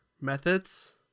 methods